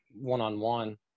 one-on-one